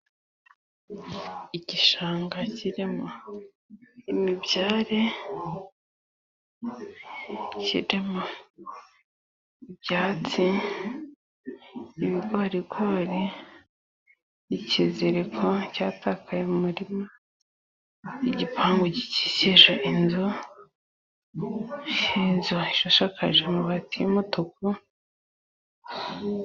Igishanga kirimo imibyare, kirimo ibyatsi, ibigorigori, ikiziriko cyatakaye mu murima, igipangu gikikije inzu, iyi nzu isakaje amabati y'umutuku,